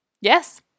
yes